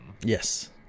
Yes